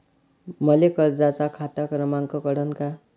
मले कर्जाचा खात क्रमांक कळन का?